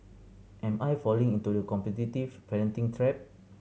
am I falling into the competitive parenting trap